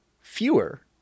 fewer